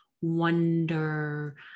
wonder